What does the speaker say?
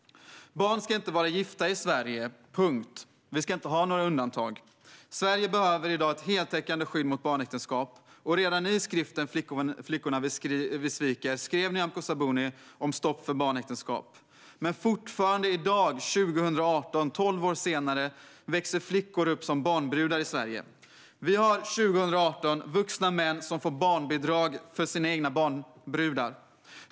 Barn ska inte vara gifta i Sverige - punkt. Vi ska inte ha några undantag. Sverige behöver ett heltäckande skydd mot barnäktenskap. Redan i skriften Flickorna vi sviker skrev Nyamko Sabuni om stopp för barnäktenskap. Men fortfarande 2018, tolv år senare, växer flickor upp som barnbrudar i Sverige. År 2018 har vi vuxna män som får barnbidrag för sina egna barnbrudar.